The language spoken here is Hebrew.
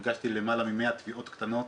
ובכלל, ירידה משמעותית בכמות הפניות.